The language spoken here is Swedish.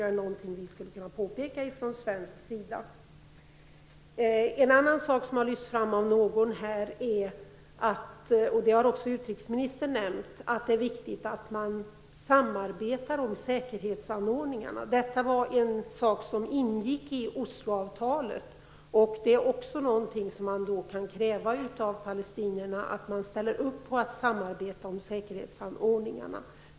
Det är någonting som vi från svensk sida skulle kunna påpeka. En annan sak som har lyfts fram här - vilket också utrikesministern nämnde - är att det är viktigt att man samarbetar om säkerhetsanordningarna. Detta var en sak som ingick i Osloavtalet. Det är också någonting som man då kan kräva av palestinierna, dvs. att de ställer upp på att samarbeta om säkerhetsanordningarna.